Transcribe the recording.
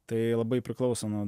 tai labai priklauso nuo